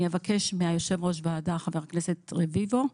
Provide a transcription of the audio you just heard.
אני אבקש מיושב-ראש הוועדה, חבר הכנסת רביבו,